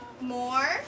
More